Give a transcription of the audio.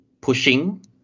pushing